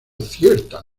cierta